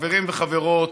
חברים וחברות,